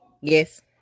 Yes